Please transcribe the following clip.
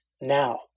now